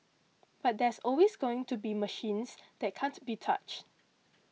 but there's always going to be machines that can't be touched